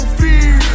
fear